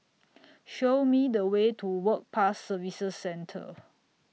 Show Me The Way to Work Pass Services Centre